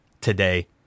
today